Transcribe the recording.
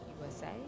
USA